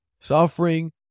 Suffering